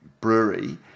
brewery